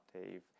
Dave